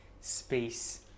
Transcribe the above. space